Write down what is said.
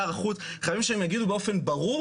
את שר החוץ חייבים שהם יגידו באופן ברור,